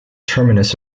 terminus